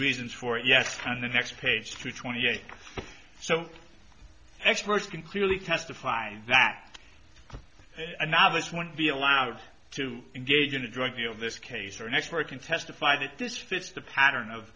reasons for it yes on the next page to twenty eight so experts can clearly testify that a novice won't be allowed to engage in a drug deal this case or an expert can testify that this fits the pattern of